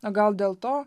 o gal dėl to